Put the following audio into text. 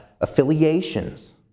affiliations